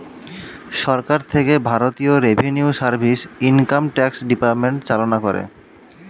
সরকার থেকে ভারতীয় revenue service, income tax department চালনা করে